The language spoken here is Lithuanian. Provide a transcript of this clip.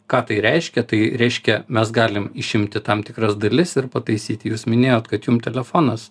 ką tai reiškia tai reiškia mes galim išimti tam tikras dalis ir pataisyti jūs minėjot kad jum telefonas